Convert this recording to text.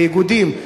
באיגודים,